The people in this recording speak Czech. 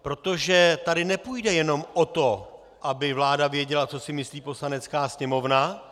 Protože tady nepůjde jen o to, aby vláda věděla, co si myslí Poslanecká sněmovna.